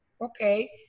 okay